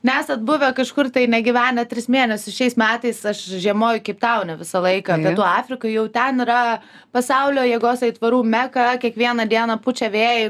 nesat buvę kažkur tai negyvenę tris mėnesius šiais metais aš žiemoju keiptaune laiką pietų afrikoj jau ten yra pasaulio jėgos aitvarų meka kiekvieną dieną pučia vėjai